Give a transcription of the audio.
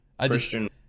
Christian –